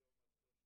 היום 13